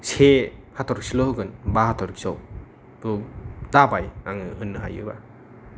से हाथरखिल' होगोन बा हाथरकियाव थ' दाबाय आङो होननो हायोबो